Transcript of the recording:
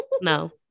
no